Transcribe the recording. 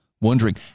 wondering